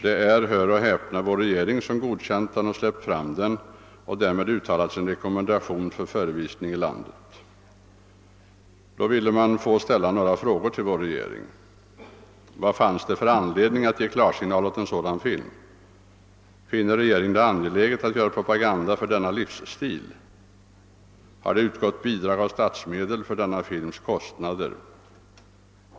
Det är — hör och häpna — vår regering, som godkänt den, släppt fram den och därmed uttalat sin rekommendation för förevisning i landet. Då ville man få ställa några frågor till vår regering: Vad fanns det för anledning att ge klarsignal åt en sådan film? Finner regeringen det angeläget att göra propaganda för denna livsstil? Har det utgått bidrag ur statsmedel för denna films kostnader?